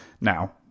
Now